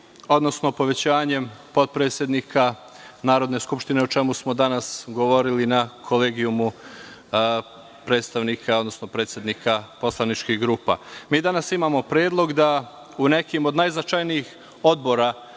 odnosno povećanjem potpredsednika Narodne skupštine, o čemu smo danas govorili na Kolegijumu predsednika poslaničkih grupa. Mi danas imamo predlog da u nekim od najznačajnijih odbora